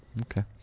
Okay